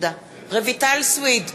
רויטל סויד,